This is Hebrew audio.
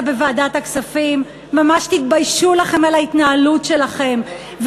בוועדת הכספים: ממש תתביישו לכם על ההתנהלות שלכם,